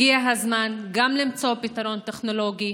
הגיע הזמן גם למצוא פתרון טכנולוגי,